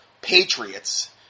patriots